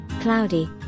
Cloudy